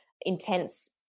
intense